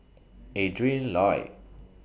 Adrin Loi